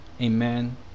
Amen